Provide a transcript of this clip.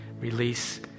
release